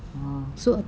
uh